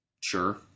Sure